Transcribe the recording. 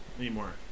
anymore